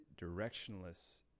directionless